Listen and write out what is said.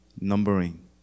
numbering